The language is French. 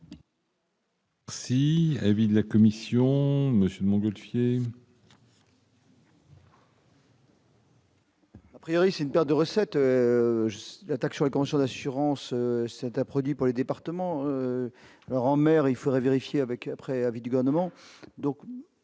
Si David la Commission, monsieur de Montgolfier. à priori, c'est une perte de recettes de la taxe sur les conventions d'assurance, c'est un produit pour les départements, alors en mer, il faudrait vérifier avec préavis du gouvernement,